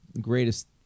greatest